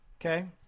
Okay